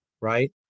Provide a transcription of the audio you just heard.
right